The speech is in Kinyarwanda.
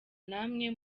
namwe